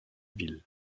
ville